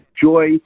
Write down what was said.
joy